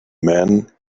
man